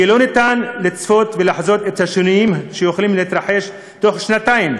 כי אי-אפשר לצפות ולחזות את השינויים שיכולים להתרחש בשנתיים,